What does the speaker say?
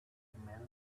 immensely